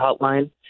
hotline